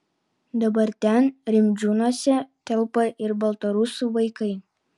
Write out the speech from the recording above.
dabar ten rimdžiūnuose telpa ir baltarusių vaikai